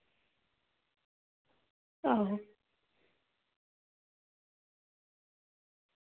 आं